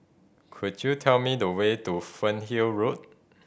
could you tell me the way to Fernhill Road